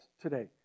today